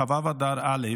כ"ו באדר א',